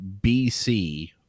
BC